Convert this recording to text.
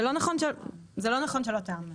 זה לא נכון שלא תיאמנו.